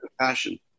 passion